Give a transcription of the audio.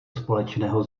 společného